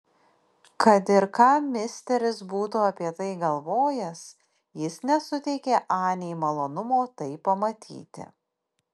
kad ir ką misteris būtų apie tai galvojęs jis nesuteikė anei malonumo tai pamatyti